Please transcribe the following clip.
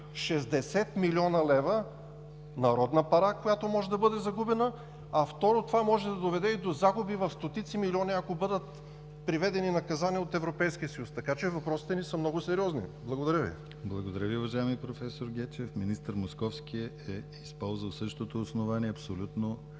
60 млн. лв. народна пара, която може да бъде загубена. Второ, това може да доведе и до загуби в стотици милиони, ако бъдат приведени наказания от Европейския съюз, така че въпросите са ни много сериозни. Благодаря Ви. ПРЕДСЕДАТЕЛ ДИМИТЪР ГЛАВЧЕВ: Благодаря Ви, уважаеми проф. Гечев. Министър Московски е използвал същото основание, абсолютно